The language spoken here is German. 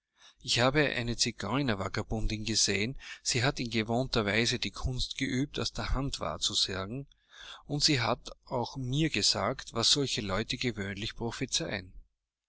ich habe eine zigeuner vagabondin gesehen sie hat in gewohnter weise die kunst geübt aus der hand wahrzusagen und sie hat auch mir gesagt was solche leute gewöhnlich